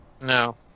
No